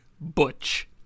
Butch